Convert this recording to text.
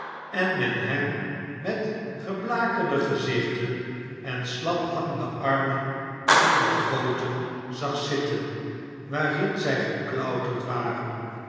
en men hen met geblakerde gezichten en slap hangende armen in de goten zag zitten waarin zij geklouterd waren